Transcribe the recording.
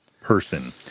person